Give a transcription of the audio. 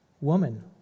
Woman